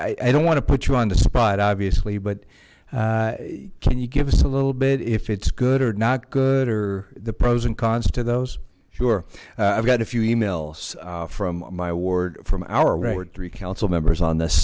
i don't want to put you on the spot obviously but can you give us a little bit if it's good or not good or the pros and cons to those sure i've got a few emails from my award from our ward three council members on this